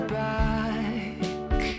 back